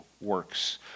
works